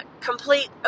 complete